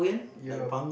ya